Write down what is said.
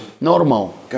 normal